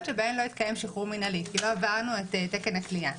שבהן לא התקיים שחרור מנהלי כי לא עברנו את תקן הכליאה.